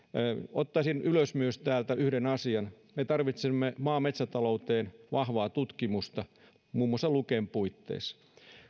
ottaisin ylös myös täältä yhden asian me tarvitsemme maa ja metsätalouteen vahvaa tutkimusta muun muassa luken puitteissa